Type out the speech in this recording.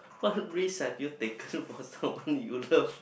what risks had you take for someone you love